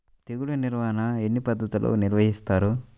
తెగులు నిర్వాహణ ఎన్ని పద్ధతులలో నిర్వహిస్తారు?